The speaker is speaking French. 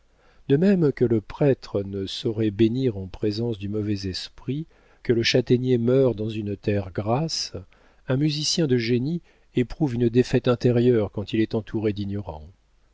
de même que le prêtre ne saurait bénir en présence du mauvais esprit que le châtaignier meurt dans une terre grasse un musicien de génie éprouve une défaite intérieure quand il est entouré d'ignorants